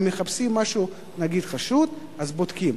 אם מחפשים משהו, נגיד, חשוד, אז בודקים.